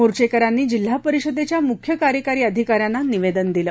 मोर्चेकऱ्यांनी जिल्हा परिषदेच्या मुख्य कार्यकारी अधिकाऱ्यांना निवेदन दिलं